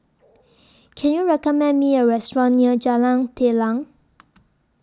Can YOU recommend Me A Restaurant near Jalan Telang